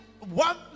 one